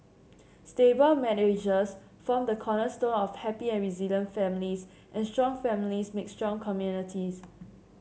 stable marriages form the cornerstone of happy and resilient families and strong families make strong communities